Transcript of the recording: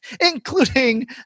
including